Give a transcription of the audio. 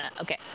okay